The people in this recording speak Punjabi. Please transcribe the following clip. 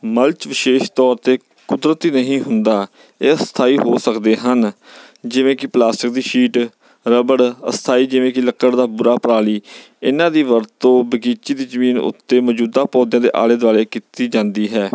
ਮਲਚ ਵਿਸ਼ੇਸ਼ ਤੌਰ 'ਤੇ ਕੁਦਰਤੀ ਨਹੀਂ ਹੁੰਦਾ ਇਹ ਸਥਾਈ ਹੋ ਸਕਦੇ ਹਨ ਜਿਵੇਂ ਕਿ ਪਲਾਸਟਿਕ ਦੀ ਸ਼ੀਟ ਰਬੜ ਅਸਥਾਈ ਜਿਵੇਂ ਕਿ ਲੱਕੜ ਦਾ ਬੁਰਾ ਪਰਾਲੀ ਇਹਨਾਂ ਦੀ ਵਰਤੋਂ ਬਗੀਚੀ ਦੀ ਜ਼ਮੀਨ ਉੱਤੇ ਮੌਜੂਦਾ ਪੌਦਿਆਂ ਦੇ ਆਲੇ ਦੁਆਲੇ ਕੀਤੀ ਜਾਂਦੀ ਹੈ